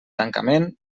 tancament